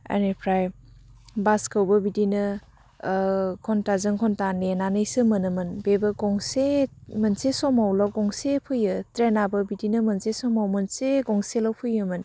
बिनिफ्राय बासखौबो बिदिनो घण्टाजों घण्टा नेनानैसो मोनोमोन बेबो गंसे मोनसे समावल' गंसे फैयो ट्रेनआबो बिदिनो मोनसे समाव मोनसे गंसेल' फैयोमोन